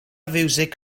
fiwsig